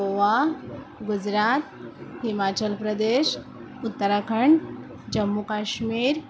Goa Gujarat Himachal Pradesh Uttarakhand Jammu Kashmir